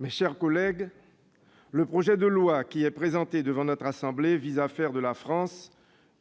mes chers collègues, le projet de loi présenté devant notre assemblée vise à faire de la France